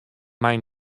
mei